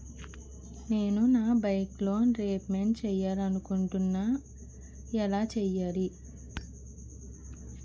నేను నా bike loan repayment చేయాలనుకుంటున్నా ఎలా చేయాలి?